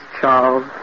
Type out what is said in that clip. Charles